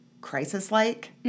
crisis-like